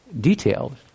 detailed